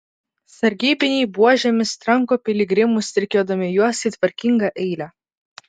sargybiniai buožėmis tranko piligrimus rikiuodami juos į tvarkingą eilę